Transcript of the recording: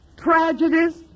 tragedies